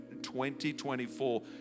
2024